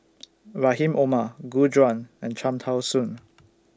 Rahim Omar Gu Juan and Cham Tao Soon